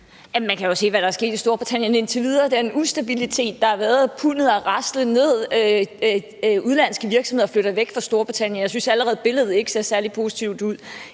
Man kan jo se, hvad der er sket i Storbritannien indtil videre, den ustabilitet, der har været. Pundet er raslet ned, og udenlandske virksomheder flytter væk fra Storbritannien. Jeg synes allerede ikke, at billedet ser særlig positivt ud.